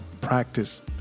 practice